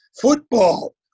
Football